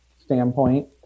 standpoint